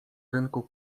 rynku